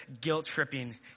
guilt-tripping